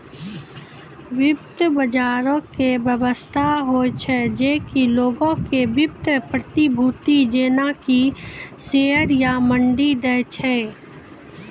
वित्त बजारो के व्यवस्था होय छै जे कि लोगो के वित्तीय प्रतिभूति जेना कि शेयर या बांड दै छै